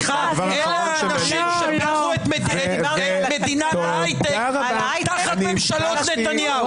אלה האנשים שהקימו את מדינת ההיי-טק תחת ממשלות נתניהו.